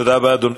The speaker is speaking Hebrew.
תודה רבה, אדוני.